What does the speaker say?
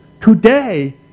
today